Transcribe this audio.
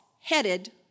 headed